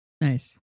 Nice